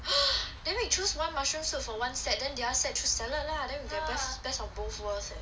then we choose one mushroom soup for one set then the other set choose salad lah then we can just best of both worlds